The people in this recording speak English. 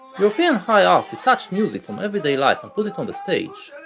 european high art detached music from everyday life and put it on the stage,